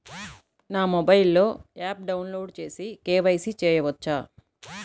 నా మొబైల్లో ఆప్ను డౌన్లోడ్ చేసి కే.వై.సి చేయచ్చా?